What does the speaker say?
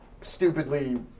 stupidly